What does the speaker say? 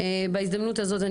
בהזדמנות הזאת,